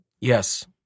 Yes